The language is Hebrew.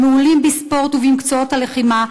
הם מעולים בספורט ובמקצועות הלחימה,